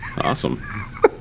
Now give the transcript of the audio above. Awesome